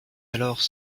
alors